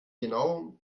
genau